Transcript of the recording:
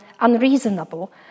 unreasonable